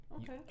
Okay